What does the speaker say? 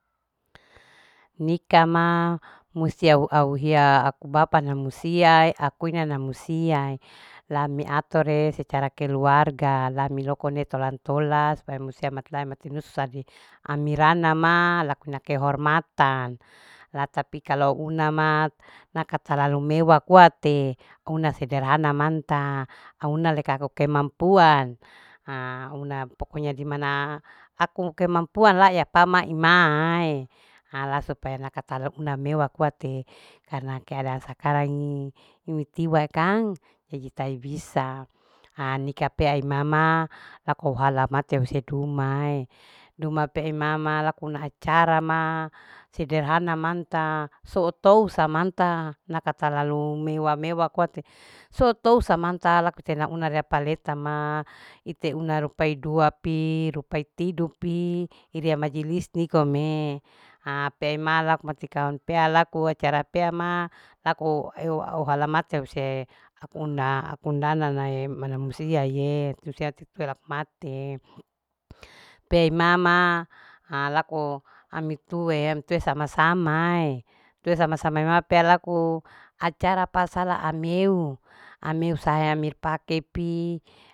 Nika ma musiau au hiya aku bapa na musia akui nana musia lame atore secara keluarga lami lokone tolan. tolan supaya musia mati nusua di amirana ma laku kehormatan la tapi kalau unama naka talalu mewa kuate una sederhana manta au una leka aku kemampuan au una pokonya dimana aku kemampuan lai apama imaae ha lasu la supaya naka au una mewa kuate karna keadaan sakarang ini imitiwa kang idi tai bisa ha nika pea imama lako halamate hise dumae. dume pei mama lakuna acara ma sederhana manta soto samanta naka talalu mewa. mewa kuate sotou samanta laku tena una paletama ite una rupai dua pi. rupai tidupi iria majelis nikome ha pea ama laku mati kau pea lakue cara pea ma laku au eu halamate husee aku unda. aku undana nae mana musia ye musiae tiko laku matie pe imama ha laku ami tuae. ami tua sama samae tue sama. samae pea laku acara pasala ameu. ameu samasir pake pi